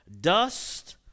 Dust